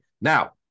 Now